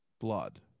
blood